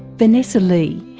vanessa lee.